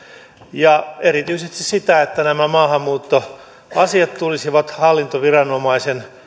ja erityisesti sitä että nämä maahanmuuttoasiat tulisivat hallintoviranomaisen